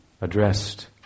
addressed